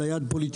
אלא יד פוליטיקאי.